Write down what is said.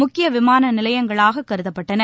முக்கிய விமான நிலையங்களாக கருதப்பட்டன